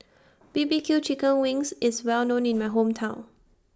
B B Q Chicken Wings IS Well known in My Hometown